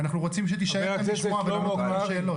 ואנחנו רוצים שתישאר כאן לשמוע ולענות לשאלות.